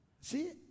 see